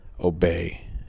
obey